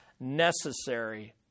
necessary